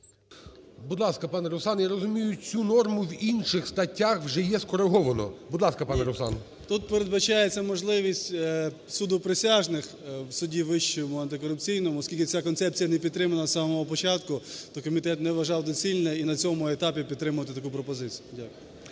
Будь ласка, пане Руслан. Я розумію, цю норму в інших статтях вже є скориговано. Будь ласка, пане Руслан. 11:48:35 КНЯЗЕВИЧ Р.П. Тут передбачається можливість суду присяжних в суді Вищому антикорупційному, оскільки ця концепція не підтримана з самого початку, то комітет не вважав доцільним і на цьому етапі підтримувати таку пропозицію. Дякую.